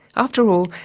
after all,